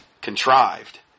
contrived